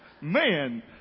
Man